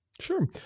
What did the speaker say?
Sure